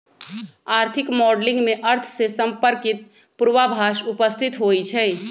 आर्थिक मॉडलिंग में अर्थ से संपर्कित पूर्वाभास उपस्थित होइ छइ